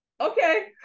okay